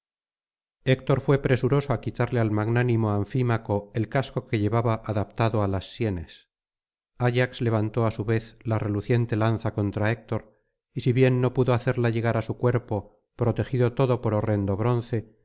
héctor fué presuroso á quitarle al magnánimo anfímaco el casco que llevaba adaptado á las sienes ayax levantó á su vez la reluciente lanza contra héctor y si bien no pudo hacerla llegar á su cuerpo protegido todo por horrendo bronce